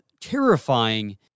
terrifying